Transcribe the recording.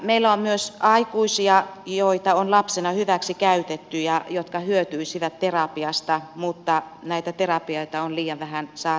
meillä on myös aikuisia joita on lapsena hyväksikäytetty ja jotka hyötyisivät terapiasta mutta näitä terapioita on liian vähän saatavilla